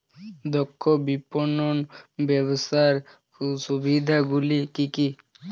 দক্ষ বিপণন ব্যবস্থার সুবিধাগুলি কি কি?